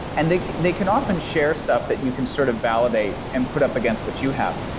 and they they can often share stuff that you can sort of validate and put up against what you have.